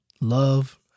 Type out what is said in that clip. love